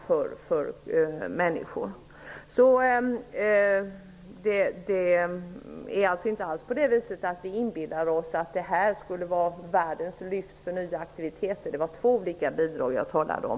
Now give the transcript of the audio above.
Vi inbillar oss alltså inte att det här skulle innebära världens lyft för nya aktiviteter. Det var två olika bidrag jag talade om.